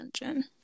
attention